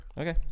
Okay